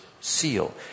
seal